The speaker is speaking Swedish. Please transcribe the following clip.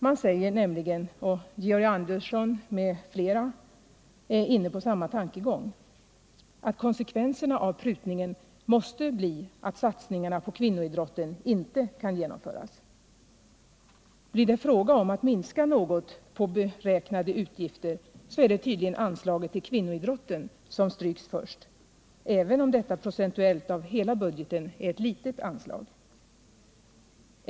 Man säger nämligen — och Georg Andersson m.fl. är inne på samma tankegång — att konsekvenserna av prutningen måste bli att satsningarna på kvinnoidrotten inte kan genomföras. Blir det fråga om att minska något på beräknade utgifter är det tydligen anslaget till kvinnoidrotten som stryks först, även om detta procentuellt av hela budgeten är ett litet anslag.